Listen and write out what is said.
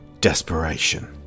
Desperation